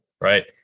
right